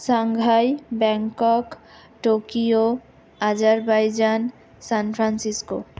Shanghai Bangkok Tokyo Azerbaijan San Francisco